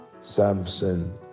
samson